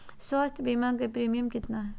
स्वास्थ बीमा के प्रिमियम कितना है?